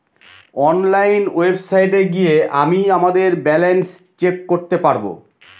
online ওয়েবসাইটে গিয়ে আমিই আমাদের ব্যালান্স চেক করতে পারবো